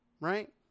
right